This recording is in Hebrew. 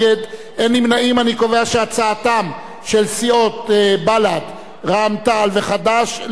אני קובע שהצעתן של סיעות בל"ד רע"ם-תע"ל חד"ש לא התקבלה.